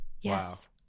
Yes